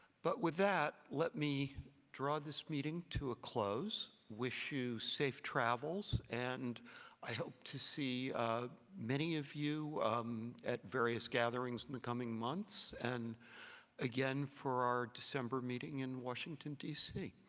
but with that, let me draw this meeting to a close, wish you safe travels, and i hope to see many of you at various gatherings in the coming months and again for our december meeting in washington, d c.